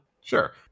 Sure